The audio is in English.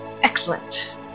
Excellent